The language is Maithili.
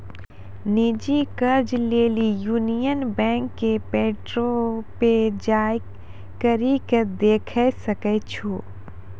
निजी कर्जा लेली यूनियन बैंक के पोर्टल पे जाय करि के देखै सकै छो